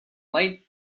light